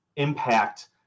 impact